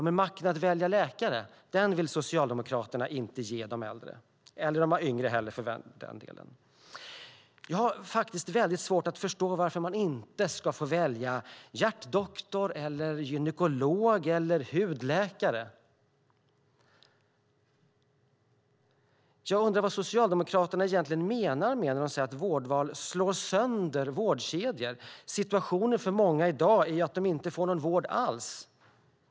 Men makten att välja läkare vill Socialdemokraterna inte ge de äldre, och inte de yngre heller för den delen. Jag har faktiskt mycket svårt att förstå varför man inte ska få välja hjärtdoktor, gynekolog eller hudläkare. Jag undrar vad Socialdemokraterna egentligen menar när de säger att vårdvalet slår sönder vårdkedjor. Situationen för många i dag är ju att de inte får någon vård alls.